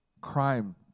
crime